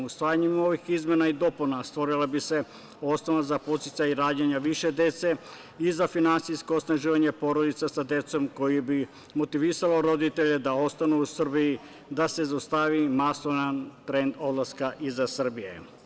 Usvajanjem ovih izmena i dopuna stvorila bi se osnova za podsticaj rađanja više dece i za finansijsko osnaživanje porodica sa decom što bi motivisalo roditelje da ostanu u Srbiji, da se zaustavi masovan trend odlaska iz Srbije.